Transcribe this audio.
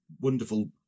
wonderful